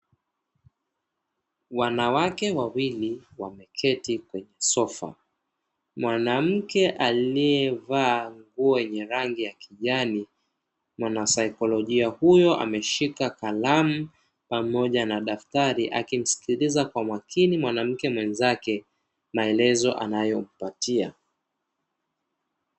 Wanawake wawili wameketi kwenye sofa. Mwanamke aliyevaa nguo yenye rangi ya kijani mwanasaikolojia huyo ameshika kalamu pamoja na daftari akimsikiliza kwa makini mwanamke mwenzake maelezo anayo mpatia.